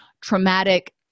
traumatic